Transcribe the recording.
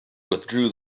withdrew